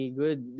good